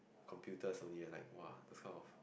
computers only lah like !wah! those type of